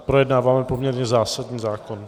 Projednáváme poměrně zásadní zákon.